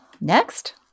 Next